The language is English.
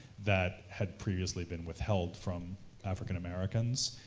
that had previously been withheld from african americans,